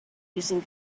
using